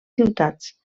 ciutats